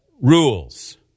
rules